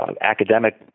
academic